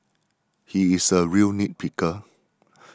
he is a real nit picker